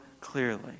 clearly